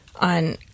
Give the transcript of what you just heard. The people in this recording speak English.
on